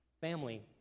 family